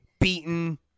beaten